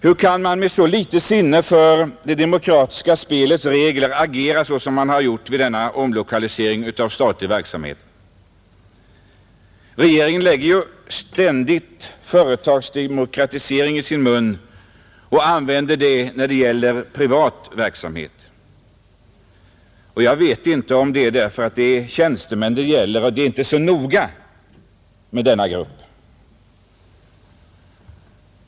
Hur kan man agera med så litet sinne för det demokratiska spelets regler som man har gjort vid denna omlokalisering av statlig verksamhet? Regeringen tar ju ständigt ordet företagsdemokrati i sin mun när det gäller privat verksamhet. Jag vet inte om det inte är så noga med denna grupp därför att det här gäller tjänstemän.